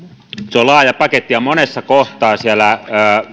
se on laaja paketti ja monessa kohtaa siellä